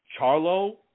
Charlo